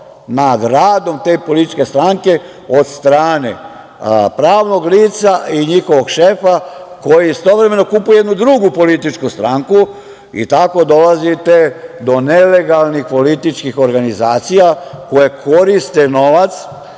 nad radom te političke stranke od strane pravnog lica i njihovog šefa koji istovremeno kupuje jednu drugu političku stranku i tako dolazite do nelegalnih političkih organizacija koje koriste novac